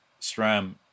SRAM